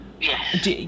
Yes